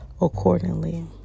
accordingly